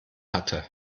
hatte